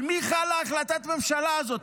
על מי חלה החלטת הממשלה הזאת?